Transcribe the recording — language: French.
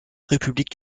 république